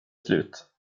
slut